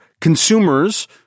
consumers